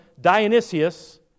Dionysius